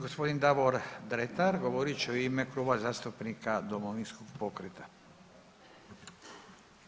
Gospodin Davor Dretar govorit će u ime Kluba zastupnika Domovinskog pokreta.